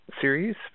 series